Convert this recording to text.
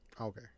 Okay